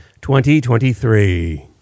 2023